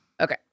Okay